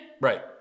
Right